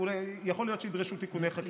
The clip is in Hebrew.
יכול להיות שידרשו תיקוני חקיקה.